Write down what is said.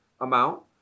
amount